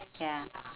ya